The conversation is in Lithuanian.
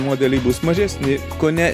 modeliai bus mažesni kone